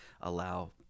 allow